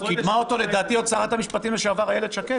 קידמה אותו לדעתי עוד שרת המשפטים לשעבר איילת שקד,